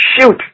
shoot